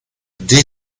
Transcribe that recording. dès